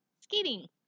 Skating